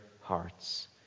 hearts